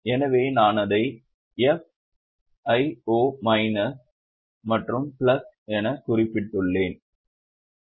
எனவே நான் அதை FO மைனஸ் மற்றும் பிளஸ் எனக் குறிப்பிட்டுள்ளேன்